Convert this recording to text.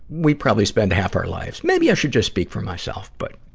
we probably spend half our lives maybe i should just speak for myself. but,